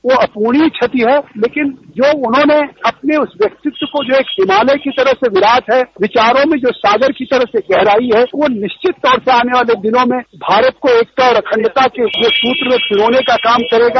वह अपूरणीय क्षति है लेकिन जो उन्होंने अपने उस व्यक्तित्व को एक हिमालय की तरह विराट है विचारों में जो सागर की तरह गहराई है वह निश्चित तौर पर आने वाले दिनों में भारत को एकता और अखण्डता के एक सूत्र में रिपोने का काम करेगा